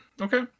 Okay